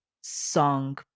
song